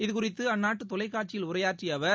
இதுகுறித்து அந்நாட்டு தொலைக்காட்சியில் உரையாற்றிய அவர்